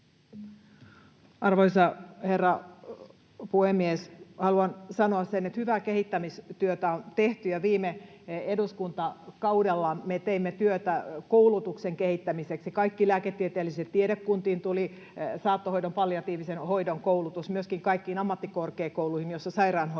Arvoisa herra puhemies! Haluan sanoa sen, että hyvää kehittämistyötä on tehty ja viime eduskuntakaudella me teimme työtä koulutuksen kehittämiseksi. Kaikkiin lääketieteellisiin tiedekuntiin tuli saattohoidon, palliatiivisen hoidon koulutus, ja myöskin kaikkiin ammattikorkeakouluihin, joissa sairaanhoitajia